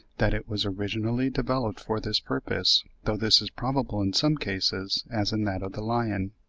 that it was originally developed for this purpose, though this is probable in some cases, as in that of the lion.